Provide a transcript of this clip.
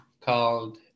called